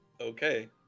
Okay